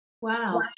Wow